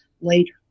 later